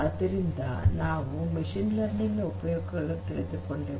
ಆದ್ದರಿಂದ ನಾವು machine learning ನ ಉಪಯೋಗಗಳನ್ನು ತಿಳಿದುಕೊಂಡೆವು